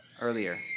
earlier